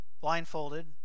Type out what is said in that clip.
blindfolded